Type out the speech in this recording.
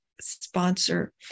sponsor